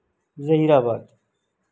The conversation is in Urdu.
ظہیرآباد